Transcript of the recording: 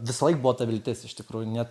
visąlaik buvo ta viltis iš tikrųjų ne